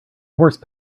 horse